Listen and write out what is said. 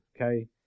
Okay